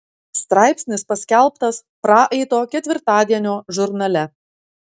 straipsnis paskelbtas praeito ketvirtadienio žurnale